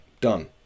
done